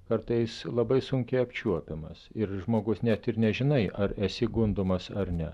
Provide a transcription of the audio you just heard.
kartais labai sunkiai apčiuopiamas ir žmogus net ir nežinai ar esi gundomas ar ne